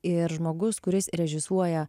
ir žmogus kuris režisuoja